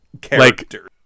character